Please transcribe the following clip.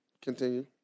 Continue